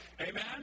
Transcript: amen